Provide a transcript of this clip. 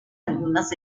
algunas